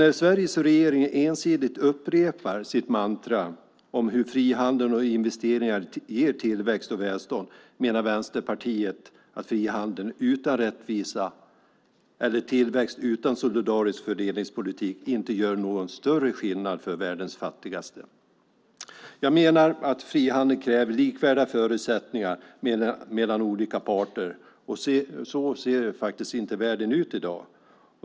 När Sveriges regering ensidigt upprepar sitt mantra om hur frihandeln och investeringar ger tillväxt och välstånd menar Vänsterpartiet att frihandel utan rättvisa eller tillväxt utan solidarisk fördelningspolitik inte gör någon större skillnad för världens fattigaste. Vi menar att frihandeln kräver likvärdiga förutsättningar mellan olika parter. Så ser faktiskt inte världen ut i dag.